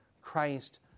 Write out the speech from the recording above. Christ